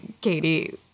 Katie